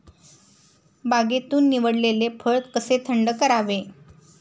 बागेतून निवडलेले फळ कसे थंड करावे?